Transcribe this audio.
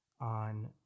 on